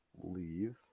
leave